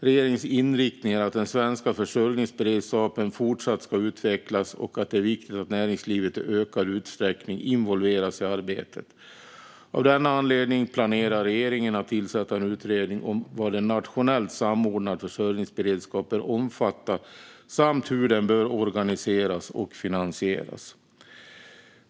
Regeringens inriktning är att den svenska försörjningsberedskapen fortsatt ska utvecklas och att det är viktigt att näringslivet i ökad utsträckning involveras i arbetet. Av denna anledning planerar regeringen att tillsätta en utredning om vad en nationellt samordnad försörjningsberedskap bör omfatta samt hur den bör organiseras och finansieras.